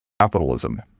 capitalism